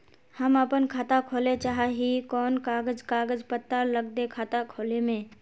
हम अपन खाता खोले चाहे ही कोन कागज कागज पत्तार लगते खाता खोले में?